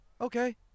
Okay